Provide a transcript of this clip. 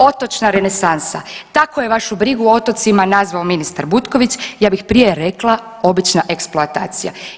Otočna renesansa, tako je vašu brigu o otocima nazvao ministar Butković, ja bih prije rekla obična eksploatacija.